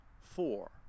four